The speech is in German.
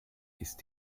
ist